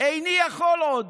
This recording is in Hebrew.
איני יכול עוד,